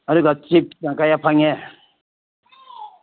ꯑꯗꯨꯒ ꯆꯤꯞꯁꯅ ꯀꯌꯥ ꯐꯪꯉꯦ